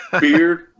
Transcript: Beard